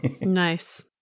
Nice